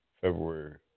February